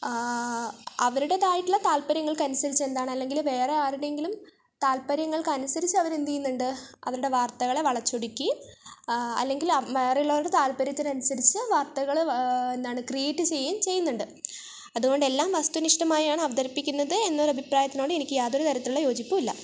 അവരുടെതായിട്ടുള്ള താൽപര്യങ്ങൾക്ക് അനുസരിച്ച് എന്താണ് അല്ലെങ്കിൽ വേറെ ആരുടെയെങ്കിലും താൽപര്യങ്ങൾക്ക് അനുസരിച്ച് അവർ എന്ത് ചെയ്യുന്നുണ്ട് അവരുടെ വാർത്തകളെ വളച്ചൊടുച്ച് അല്ലെങ്കിൽ വേറെ ഉള്ളവരുടെ താൽപര്യത്തിന് അനുസരിച്ച് വാർത്തകൾ എന്താണ് ക്രീയേറ്റ് ചെയ്യുകയും ചെയ്യുന്നുണ്ട് അതുകൊണ്ട് എല്ലാം വസ്തുനിഷ്ഠമായാണ് അവതരിപ്പിക്കുന്നത് എന്നൊരു അഭിപ്രായത്തിനോട് എനിക്ക് യാതൊരു തരത്തിലുള്ള യോജിപ്പുമില്ല